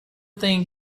thing